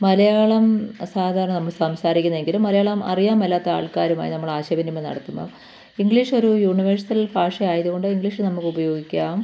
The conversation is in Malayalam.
മലയാളം സാധാരണ നമ്മൾ സംസാരിക്കുന്നു എങ്കിലും മലയാളം അറിയാം മേലാത്ത ആൾക്കാരുമായി നമ്മൾ ആശയ വിനിമയം നടത്തുമ്പോൾ ഇംഗ്ലീഷ് ഒരു യൂണിവേഴ്സൽ ഭാഷയായത് കൊണ്ട് ഇംഗ്ലീഷ് നമുക്ക് ഉപയോഗിക്കാം